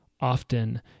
often